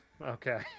Okay